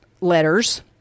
letters